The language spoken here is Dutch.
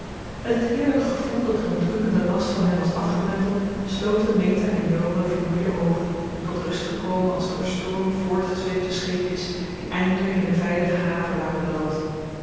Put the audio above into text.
met het heerlijke gevoel dat er een drukkende last van hen was afgewenteld sloten meta en jo hun vermoeide oogen tot rust gekomen als door storm voortgezweepte scheepjes die eindelijk in een veilige haven waren beland